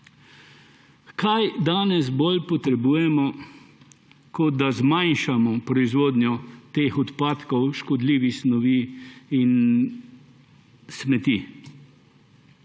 Kaj danes bolj potrebujemo, kot da zmanjšamo proizvodnjo teh odpadkov škodljivih snovi in smeti?